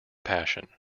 passion